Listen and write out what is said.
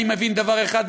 אני מבין דבר אחד,